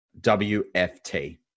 WFT